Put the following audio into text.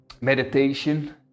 meditation